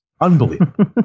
Unbelievable